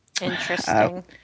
interesting